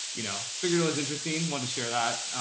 you know, figured it was interesting. want to share that,